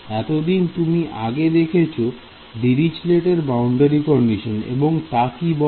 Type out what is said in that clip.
এতদিন তুমি আগে দেখেছ দিরিচলেট এর boundary condition Dirichlet's boundary condition এবং তা কি বলে